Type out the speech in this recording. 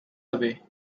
away